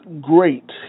great